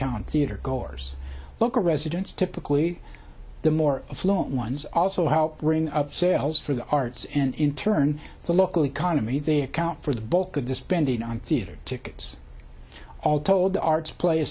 town theater goers local residents typically the more affluent ones also help bring up sales for the arts and in turn the local economy they account for the bulk of disbanding on theater tickets all told the arts play a